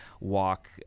walk